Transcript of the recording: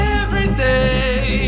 everyday